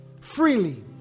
Freely